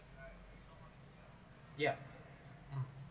yeah um